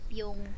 yung